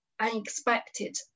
unexpected